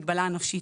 הנפשית.